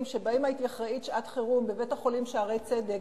הייתי אחראית שעת-חירום בבית-החולים "שערי צדק",